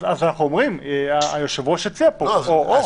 אז, היושב-ראש הציע פה: או-או.